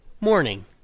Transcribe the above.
Morning